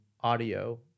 audio